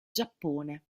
giappone